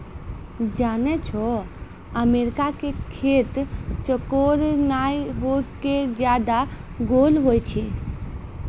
जानै छौ अमेरिका के खेत चौकोर नाय होय कॅ ज्यादातर गोल होय छै